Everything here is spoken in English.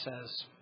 says